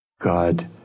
God